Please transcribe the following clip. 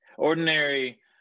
Ordinary